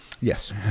Yes